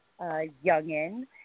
youngin